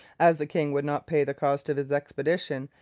as the king would not pay the cost of his expedition,